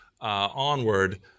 onward